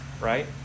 right